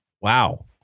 Wow